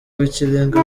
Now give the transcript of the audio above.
w’ikirenga